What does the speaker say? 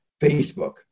Facebook